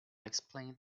explained